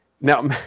Now